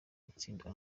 itsinda